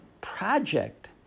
project